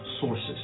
sources